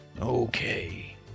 Okay